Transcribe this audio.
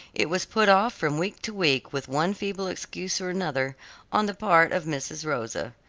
it was put off from week to week with one feeble excuse or another on the part of mrs. rosa.